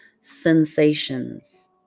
sensations